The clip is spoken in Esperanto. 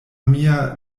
mia